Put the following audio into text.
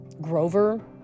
Grover